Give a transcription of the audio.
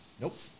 Nope